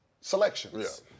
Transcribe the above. selections